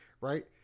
right